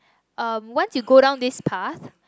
um once you go down this path